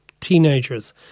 Teenagers